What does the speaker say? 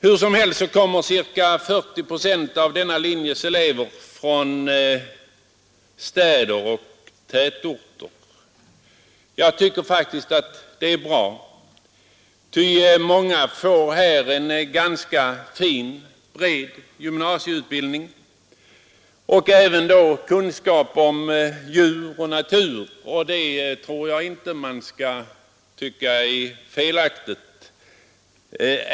Hur som helst kommer cirka 40 procent av denna linjes elever från städer och tätorter. Jag tycker faktiskt att det är bra, ty många får här en ganska fin bred gymnasieutbildning och även kunskap om djur och natur, och det tror jag inte man skall betrakta som felaktigt.